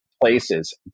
places